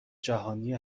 جهانی